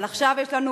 אבל עכשיו יש לנו